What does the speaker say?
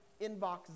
Inbox